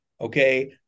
Okay